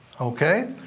okay